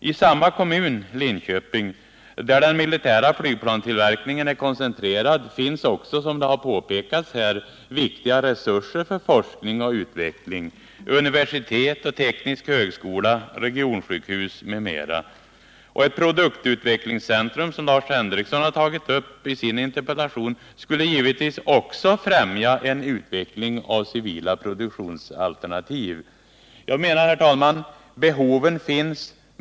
I den kommun som den militära Nygplanstillverkningen är koncentrerad till — Linköping — finns också som här har påpekats viktiga resurser för forskning och utveckling: universitet och teknisk högskola, regionsjukhus m.m. Ett produktutvecklingscentrum som Lars Henrikson tagit upp i sin interpellation skulle givetvis också främja en utveckling av civila produktionsalternativ. Herr talman! Behoven finns.